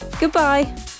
goodbye